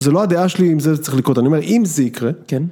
זה לא הדעה שלי אם זה צריך לקרות, אני אומר אם זה יקרה, כן.